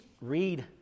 read